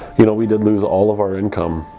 you know we did lose all of our income,